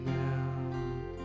now